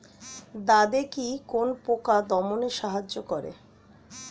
দাদেকি কোন পোকা দমনে সাহায্য করে?